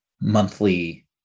monthly